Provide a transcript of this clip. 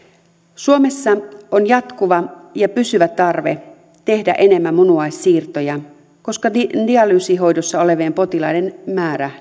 suomessa on jatkuva ja pysyvä tarve tehdä enemmän munuaissiirtoja koska dialyysihoidossa olevien potilaiden määrä